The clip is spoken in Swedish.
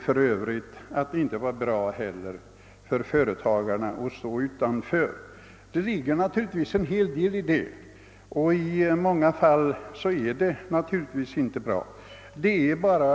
Han menade att det inte heller var bra för företagarna att stå utanför tilläggspensioneringen. Det ligger naturligtvis en hel del i denna uppfattning, och i många fall är det naturligtvis inte bra för vederbörande att stå utanför.